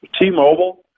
T-Mobile